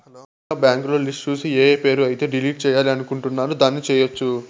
ముందుగా బ్యాంకులో లిస్టు చూసి ఏఏ పేరు అయితే డిలీట్ చేయాలి అనుకుంటారు దాన్ని చేయొచ్చు